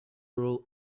rule